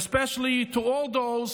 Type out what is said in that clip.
especially to all those